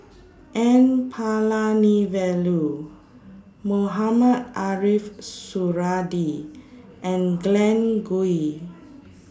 N Palanivelu Mohamed Ariff Suradi and Glen Goei